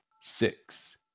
six